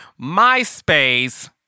MySpace